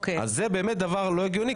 זה באמת דבר לא הגיוני,